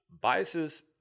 Biases